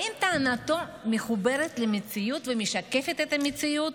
האם טענתו מחוברת למציאות ומשקפת את המציאות?